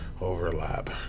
Overlap